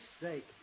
sake